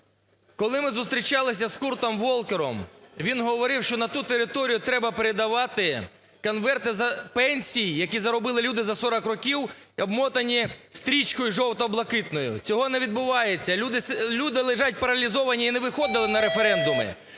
Коли ми зустрічалися з Куртом Волкером, він говорив, що на ту територію треба передавати конверти… пенсії, які заробили люди за 40 років, обмотані стрічкою жовто-блакитною. Цього не відбувається, люди лежать паралізовані і не виходили на референдуми.